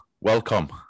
Welcome